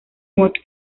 moto